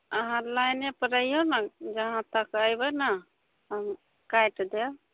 आहाँ लाइने पर रहिऔ ने जहाँ तक अयबै ने हम काटि देब